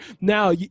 Now